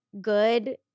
good